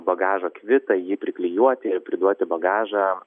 bagažo kvitą jį priklijuoti ir priduoti bagažą